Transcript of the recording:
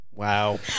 Wow